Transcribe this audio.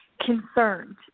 concerned